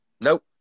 Nope